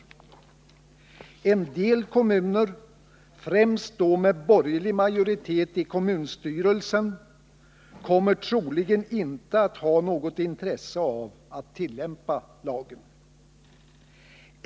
En del kommuner — främst då med borgerlig majoritet i kommunstyrelsen — kommer troligen inte att ha något intresse av att tillämpa lagen.